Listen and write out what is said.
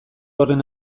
horren